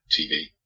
TV